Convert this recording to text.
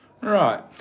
right